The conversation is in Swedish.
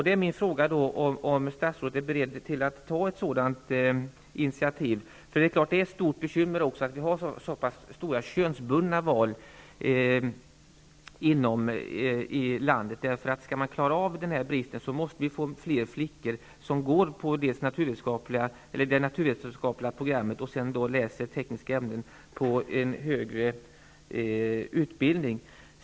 Då är min fråga om statsrådet är beredd att ta ett sådant initiativ. Det är ett stort bekymmer att valen är så könsbundna inom landet. Skall man klara av bristen måste fler flickor delta i det naturvetenskapliga programmet och sedan läsa tekniska ämnen i en högre utbildning.